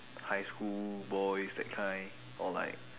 high school boys that kind or like